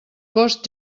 cost